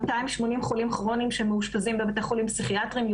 280 חולים כרוניים שמאושפזים בבתי חולים פסיכיאטריים,